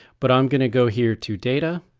but i'm gonna go here to data,